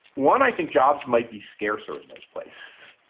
one, i think jobs might be scarcer in those place,